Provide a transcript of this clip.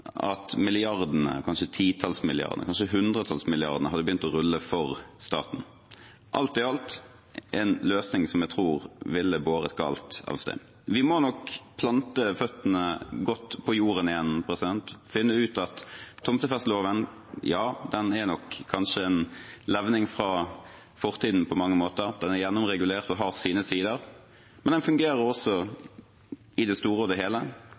milliardene – kanskje titalls milliarder, kanskje hundretalls milliarder – hadde begynt å rulle for staten. Alt i alt er det en løsning jeg tror ville ha båret galt av sted. Vi må nok plante føttene godt på jorden igjen og finne ut at tomtefesteloven kanskje er en levning fra fortiden på mange måter, den er gjennomregulert og har sine sider, men den fungerer også i det store og hele. Den kan justeres der det